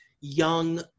young